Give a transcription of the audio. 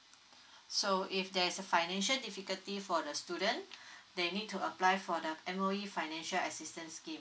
so if there is a financial difficulty for the student they need to apply for the M_O_E financial assistance scheme